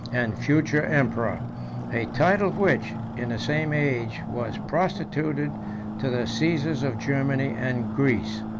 and future emperor a title which, in the same age, was prostituted to the caesars of germany and greece.